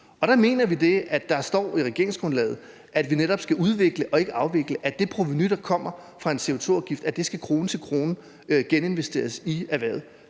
Der mener vi det, at der står i regeringsgrundlaget, at vi netop skal udvikle og ikke afvikle, og at det provenu, der kommer fra en CO2-afgift, krone til krone skal geninvesteres i erhvervet.